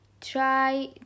try